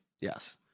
yes